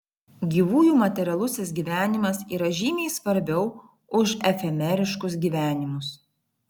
gyvųjų materialusis gyvenimas yra žymiai svarbiau už efemeriškus gyvenimus